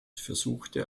versuchte